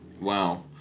Wow